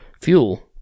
fuel